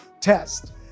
test